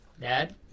Dad